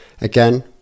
Again